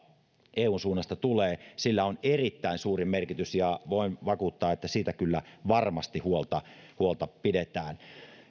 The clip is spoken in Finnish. eun suunnasta tulee sillä on erittäin suuri merkitys voin vakuuttaa että siitä kyllä varmasti huolta huolta pidetään